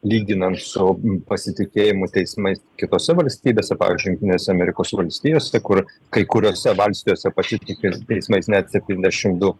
lyginant su pasitikėjimu teismais kitose valstybėse pavyzdžiui jungtinėse amerikos valstijose kur kai kuriose valstijose pasitiki teismais net septyndešim du